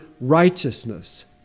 righteousness